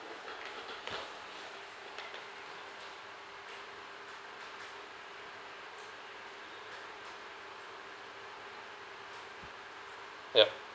ya